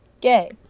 gay